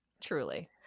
Truly